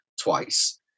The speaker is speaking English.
twice